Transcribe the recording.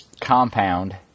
compound